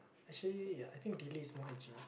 actually ya I think Billy is more hygienic